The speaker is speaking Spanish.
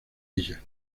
ella